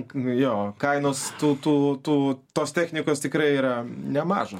jo kainos tų tų tų tos technikos tikrai yra nemažos